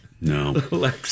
No